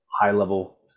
high-level